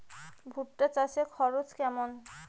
ভুট্টা চাষে খরচ কেমন?